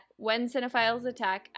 whencinephilesattack